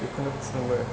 बेखौनो खुलुमो